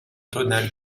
tonale